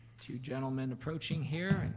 two gentlemen approaching here.